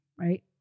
right